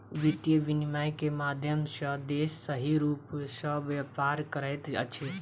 वित्तीय विनियम के माध्यम सॅ देश सही रूप सॅ व्यापार करैत अछि